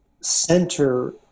center